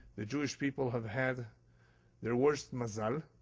the jewish people have had their worst mazal.